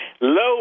low